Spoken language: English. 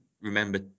remember